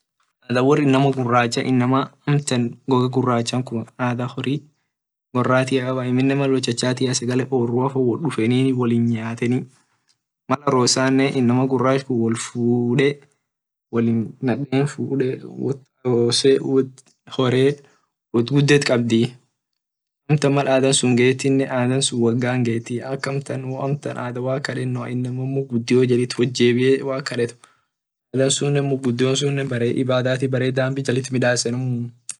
Wor inama guracha inama amtan goga guracha adha hori goratia kaba amine mal wot chachatia sagale orua dufenini amine wolin nyateni mal arosane inama gurach kun wol fude nade fude wot hore won guda kabdii amtan mal adhan sun getine adha sun wogan getii wo amtan waq kadenoa inama muk gudio jalit wot jebie waq kadet lafsun muk gudio sun bare ibadati bare dhambi midasenimuu.